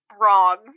wrong